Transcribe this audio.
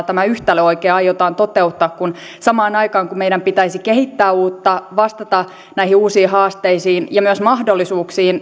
tämä yhtälö oikein aiotaan toteuttaa kun samaan aikaan kun meidän pitäisi kehittää uutta ja vastata näihin uusiin haasteisiin ja myös mahdollisuuksiin